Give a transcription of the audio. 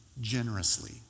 generously